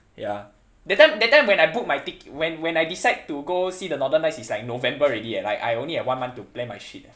ya that time that time when I book my ticke~ when I decide to see the northern lights is like november already eh like I only have one month to plan my shit eh